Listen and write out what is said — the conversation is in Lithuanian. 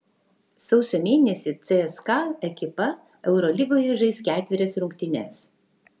sausio mėnesį cska ekipa eurolygoje žais ketverias rungtynes